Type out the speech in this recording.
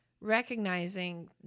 recognizing